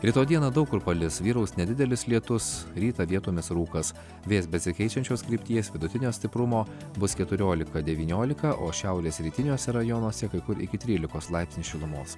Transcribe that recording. rytoj dieną daug kur palis vyraus nedidelis lietus rytą vietomis rūkas vėjas besikeičiančios krypties vidutinio stiprumo bus keturiolika devyniolika o šiaurės rytiniuose rajonuose kai kur iki trylikos laipsnių šilumos